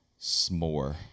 s'more